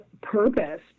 purpose